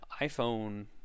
iPhone